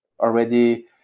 already